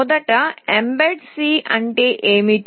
మొదట Mbed C అంటే ఏమిటి